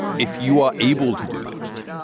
if you are able to do this,